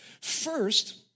First